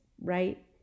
right